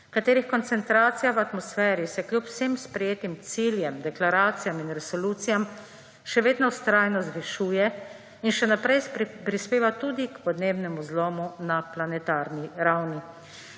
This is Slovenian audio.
katerih koncentracija v atmosferi se kljub vsem sprejetim ciljem, deklaracijam in resolucijam, še vedno vztrajno zvišuje in še naprej prispeva tudi k podnebnemu zlomu na planetarni ravni.